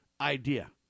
Idea